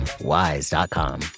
WISE.com